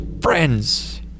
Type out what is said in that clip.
friends